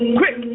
quick